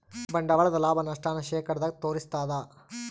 ಬಂಡವಾಳದ ಲಾಭ, ನಷ್ಟ ನ ಶೇಕಡದಾಗ ತೋರಿಸ್ತಾದ